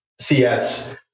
CS